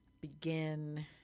begin